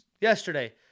yesterday